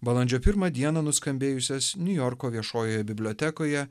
balandžio pirmą dieną nuskambėjusias niujorko viešojoje bibliotekoje